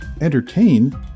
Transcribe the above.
entertain